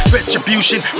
Retribution